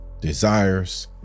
desires